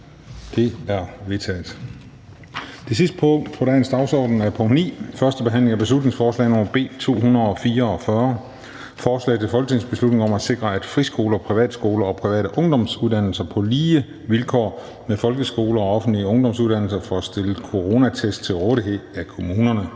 Det er vedtaget. --- Det sidste punkt på dagsordenen er: 9) 1. behandling af beslutningsforslag nr. B 244: Forslag til folketingsbeslutning om at sikre, at friskoler, privatskoler og private ungdomsuddannelser på lige vilkår med folkeskoler og offentlige ungdomsuddannelser får stillet coronatest til rådighed af kommunerne.